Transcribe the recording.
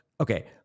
okay